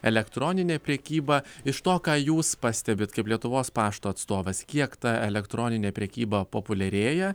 elektroninė prekyba iš to ką jūs pastebit kaip lietuvos pašto atstovas kiek ta elektroninė prekyba populiarėja